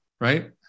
right